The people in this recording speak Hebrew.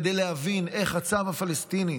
כדי להבין איך הצב הפלסטיני